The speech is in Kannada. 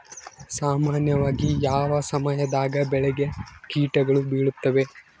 ಸಾಮಾನ್ಯವಾಗಿ ಯಾವ ಸಮಯದಾಗ ಬೆಳೆಗೆ ಕೇಟಗಳು ಬೇಳುತ್ತವೆ?